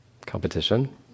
Competition